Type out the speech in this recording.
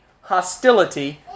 hostility